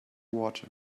water